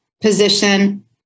position